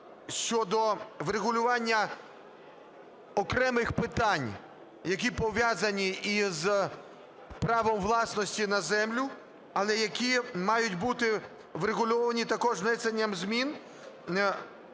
щодо врегулювання окремих питань, які пов'язані із правом власності на землю, але які мають бути врегульовані також внесенням змін